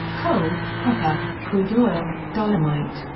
coal, copper, crude oil, dolomite,